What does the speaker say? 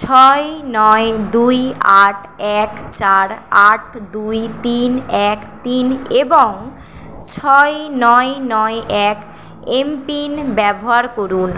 ছয় নয় দুই আট এক চার আট দুই তিন এক তিন এবং ছয় নয় নয় এক এমপিন ব্যবহার করুন